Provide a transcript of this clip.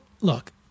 look